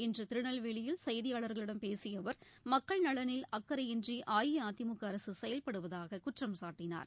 இன்று திருநெல்வேலியில் செய்தியாளர்களிடம் பேசிய அவர் மக்கள் நலனில் அக்கறையின்றி அஇஅதிமுக அரசு செயல்படுவதாக குற்றம்சாட்டினார்